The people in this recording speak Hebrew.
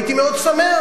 הייתי מאוד שמח.